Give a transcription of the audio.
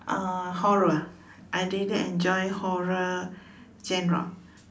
uh horror I really enjoy horror genre